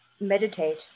meditate